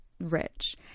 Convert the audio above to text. rich